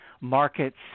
markets